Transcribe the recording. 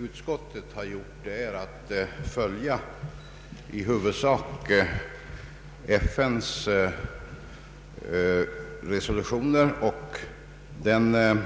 Utskottet har i huvudsak följt Förenta nationernas resolutioner och den